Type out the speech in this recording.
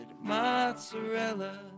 Mozzarella